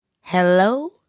Hello